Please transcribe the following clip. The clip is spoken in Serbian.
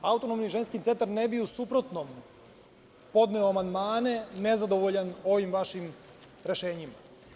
Autonomni ženski centar ne bi u suprotnom podneo amandmane, nezadovoljan ovim vašim rešenjima.